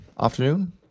afternoon